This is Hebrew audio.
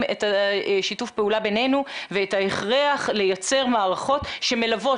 את שיתוף הפעולה בינינו ואת ההכרח לייצר מערכות שמלוות